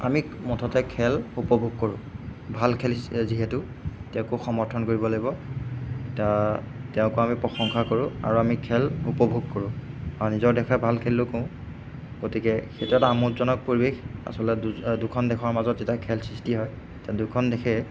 আমি মুঠতে খেল উপভোগ কৰোঁ ভাল খেলিছে যিহেতু তেওঁকো সমৰ্থন কৰিব লাগিব এতিয়া তেওঁকো আমি প্ৰশংসা কৰোঁ আৰু আমি খেল উপভোগ কৰোঁ আৰু নিজৰ দেশে ভাল খেলিলেও কওঁ গতিকে সেইটো এটা আমোদজনক পৰিৱেশ আচলতে দুখন দেশৰ মাজত যেতিয়া খেল সৃষ্টি হয় তেতিয়া দুয়োখন দেশে